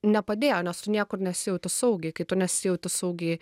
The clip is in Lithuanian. nepadėjo nes tu niekur nesijauti saugiai kai tu nesijauti saugiai